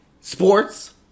sports